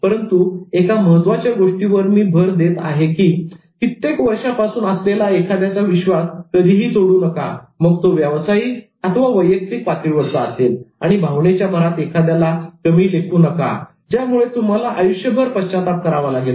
परंतु एका महत्त्वाच्या गोष्टीवर मी जोर देत आहे की कित्येक वर्षापासून असलेला एखाद्याचा विश्वास कधीही तोडू नका मग तो व्यवसायिक अथवा वैयक्तिक पातळीवरचा असेल आणि भावनेच्या भरात एखाद्याला कमी लेखू नका निराश करू नका ज्यामुळे तुम्हाला आयुष्यभर पश्चाताप करावा लागेल